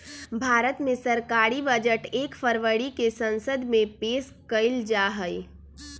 भारत मे सरकारी बजट एक फरवरी के संसद मे पेश कइल जाहई